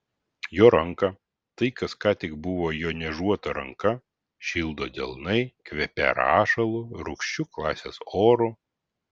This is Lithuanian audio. jo ranką tai kas ką tik buvo jo niežuota ranka šildo delnai kvepią rašalu rūgščiu klasės oru